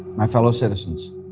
my fellow citizens,